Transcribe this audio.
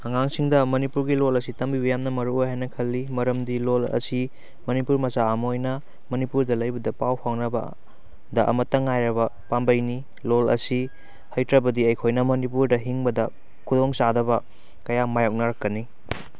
ꯑꯉꯥꯡꯁꯤꯡꯗ ꯃꯅꯤꯄꯨꯔꯒꯤ ꯂꯣꯟ ꯑꯁꯤ ꯇꯝꯕꯤꯕ ꯌꯥꯝꯅ ꯃꯔꯨ ꯑꯣꯏ ꯍꯥꯏꯅ ꯈꯜꯂꯤ ꯃꯔꯝꯗꯤ ꯂꯣꯟ ꯑꯁꯤ ꯃꯅꯤꯄꯨꯔ ꯃꯆꯥ ꯑꯃ ꯑꯣꯏꯅ ꯃꯅꯤꯄꯨꯔꯗ ꯂꯩꯕꯗ ꯄꯥꯎ ꯐꯥꯎꯅꯕ ꯗ ꯑꯃꯇꯪ ꯉꯥꯏꯔꯕ ꯄꯥꯝꯕꯩꯅꯤ ꯂꯣꯟ ꯑꯁꯤ ꯍꯩꯇ꯭ꯔꯕꯗꯤ ꯑꯩꯈꯣꯏꯅ ꯃꯅꯤꯄꯨꯔꯗ ꯍꯤꯡꯕꯗ ꯈꯨꯗꯣꯡ ꯆꯥꯗꯕ ꯀꯌꯥ ꯃꯥꯏꯌꯣꯛ ꯅꯔꯛꯀꯅꯤ